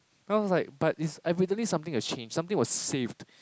then I was like but it's evidently something has changed something was saved